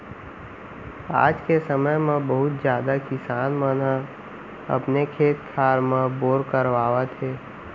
आज के समे म बहुते जादा किसान मन ह अपने खेत खार म बोर करवावत हे